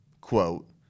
quote